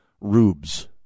rubes